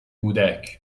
کودک